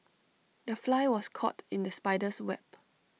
the fly was caught in the spider's web